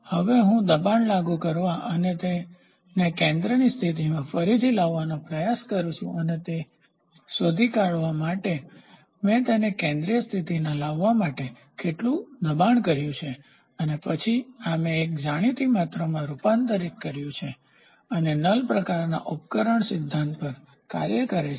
હવે હું દબાણ લાગુ કરવા અને તેને કેન્દ્રની સ્થિતિમાં ફરીથી લાવવાનો પ્રયાસ કરું છું અને તે શોધી કાઢવા માટે કે મેં તેને કેન્દ્રીય સ્થિતિમાં લાવવા માટે કેટલું દબાણ કર્યું છે અને પછી આ મેં એક જાણીતી માત્રામાં રૂપાંતરિત કર્યું છે અને નલ પ્રકારનાં ઉપકરણ સિદ્ધાંત પર કાર્ય કરે છે